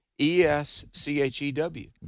E-S-C-H-E-W